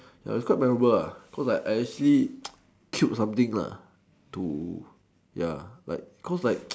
ya it's quite memorable lah cause I I actually killed something lah to ya like cause like